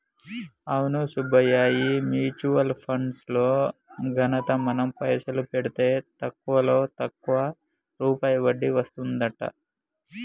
అవును సుబ్బయ్య ఈ mutual funds లో ఘనత మనం పైసలు పెడితే తక్కువలో తక్కువ రూపాయి వడ్డీ వస్తదంట